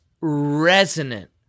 resonant